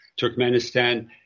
Turkmenistan